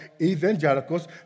evangelicals